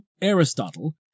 Aristotle